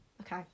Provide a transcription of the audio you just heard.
Okay